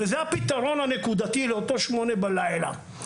זה הפתרון הנקודתי לאותה שעה, 8:00 בלילה.